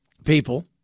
People